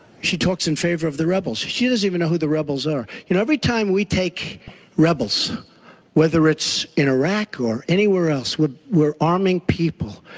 she talks in favor of the rebels. she doesn't even know who the rebels are. you know, every time we take rebels whether it's in iraq or anywhere else, we're we're arming people.